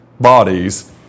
bodies